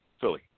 Philly